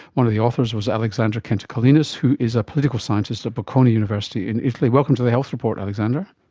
one of the authors was alexander kentikelenis who is a political scientist at bocconi university in italy. welcome to the health report, alexander.